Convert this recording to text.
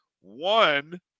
One